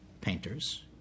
painters